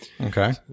Okay